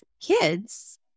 kids